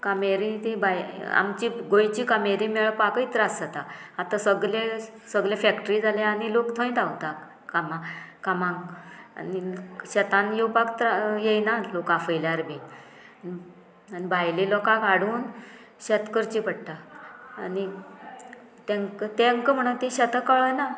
कामेरी ती बाय आमची गोंयची कामेरी मेळपाकय त्रास जाता आतां सगले सगले फॅक्ट्री जाल्या आनी लोक थंय धांवता कामां कामांक आनी शेतान येवपाक त्रा येयना लोक आफयल्यार बीन आनी भायले लोकाक हाडून शेत करचे पडटा आनी तेंकां तेंका म्हणून ती शेतां कळना